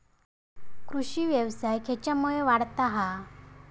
कृषीव्यवसाय खेच्यामुळे वाढता हा?